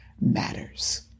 matters